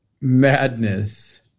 Madness